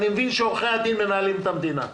אני מבין שעורכי הדין מנהלים את המדינה,